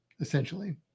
essentially